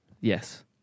Yes